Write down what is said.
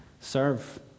serve